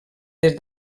des